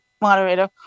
moderator